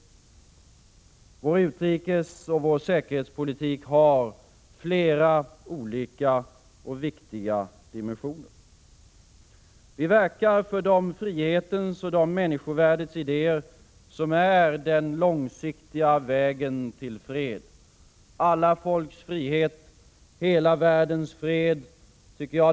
Vår utrikesoch säkerhetspolitik har flera olika och viktiga dimensioner. Vi verkar för de frihetens och människovärdets idéer som är den långsiktiga vägen till fred — alla folks frihet, hela världens fred.